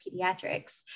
pediatrics